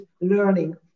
learning